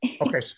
Okay